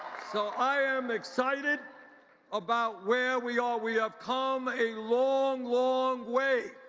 so i am excited about where we are. we have come a long long way.